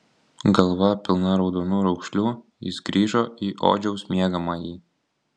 galva pilna raudonų raukšlių jis grįžo į odžiaus miegamąjį